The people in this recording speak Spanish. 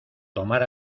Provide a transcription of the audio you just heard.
tomar